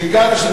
קרקע שהיא